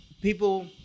people